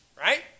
right